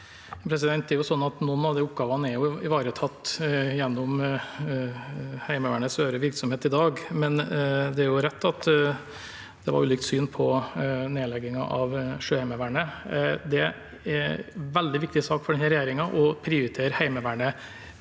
Noen av de oppgavene er ivaretatt gjennom Heimevernets øvrige virksomhet i dag, men det er rett at det var ulike syn på nedleggingen av Sjøheimevernet. Det er en veldig viktig sak for denne regjeringen å prioritere Heimevernet